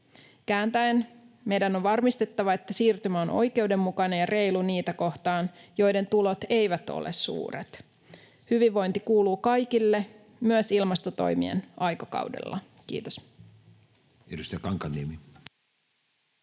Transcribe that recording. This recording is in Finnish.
Kääntäen meidän on varmistettava, että siirtymä on oikeudenmukainen ja reilu niitä kohtaan, joiden tulot eivät ole suuret. Hyvinvointi kuuluu kaikille myös ilmastotoimien aikakaudella. — Kiitos.